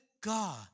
God